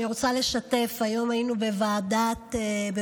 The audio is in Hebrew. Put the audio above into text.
אני רוצה לשתף: היום היינו בוועדה למעמד